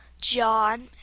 John